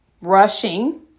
rushing